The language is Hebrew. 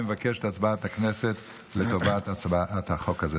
אני מבקש את הצבעת הכנסת לטובת הצעת החוק הזו.